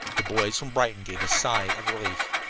the boys from brighton gave a sigh of relief.